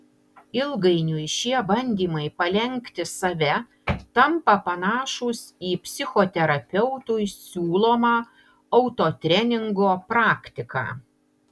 ilgainiui šie bandymai palenkti save tampa panašūs į psichoterapeutų siūlomą autotreningo praktiką